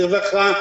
לרווחה,